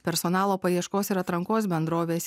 personalo paieškos ir atrankos bendrovės